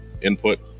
input